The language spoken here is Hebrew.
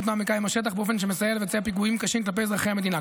מעמיקה עם השטח באופן שמסייע לבצע פיגועי קשים כלפי אזרחי המדינה.